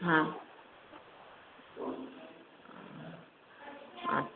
হ্যাঁ আচ্ছা